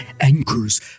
anchors